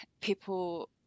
people